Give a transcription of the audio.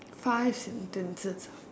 five sentences ah